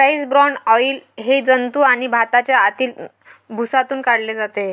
rice bran oil हे जंतू आणि भाताच्या आतील भुसातून काढले जाते